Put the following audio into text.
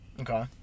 Okay